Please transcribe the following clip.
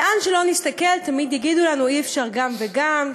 לאן שלא נסתכל תמיד יגידו לנו: אי-אפשר גם וגם,